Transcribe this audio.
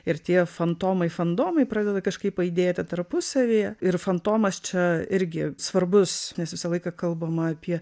ir tie fantomai fandomai pradeda kažkaip aidėti tarpusavyje ir fantomas čia irgi svarbus nes visą laiką kalbama apie